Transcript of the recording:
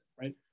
right